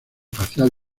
facial